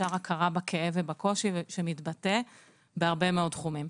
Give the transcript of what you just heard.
יש הכרה בכאב ובקושי שמתבטא בהרבה מאוד תחומים.